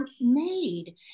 made